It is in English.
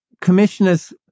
Commissioners